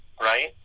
Right